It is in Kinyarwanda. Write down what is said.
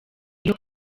iyo